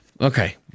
okay